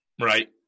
Right